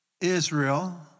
Israel